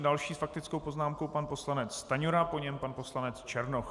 Další s faktickou poznámkou pan poslanec Stanjura, po něm pan poslanec Černoch.